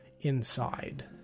inside